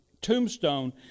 tombstone